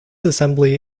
assembly